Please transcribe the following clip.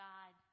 God